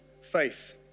faith